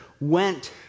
went